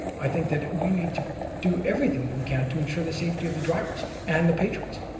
i think that we need to do everything that we can to ensure the safety of the drivers and the patrons.